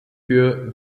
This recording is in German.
für